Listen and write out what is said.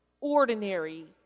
ordinary